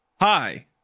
Hi